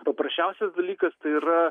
paprasčiausias dalykas tai yra